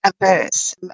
averse